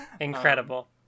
incredible